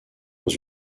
dans